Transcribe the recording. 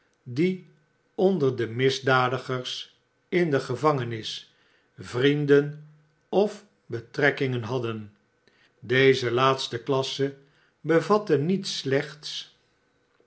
die onder de misdadigers in de gevangenis vrienden of betrekkingen hadden deze laatste klasse bevatte niet slechts